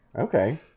Okay